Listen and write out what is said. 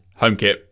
HomeKit